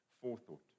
Forethought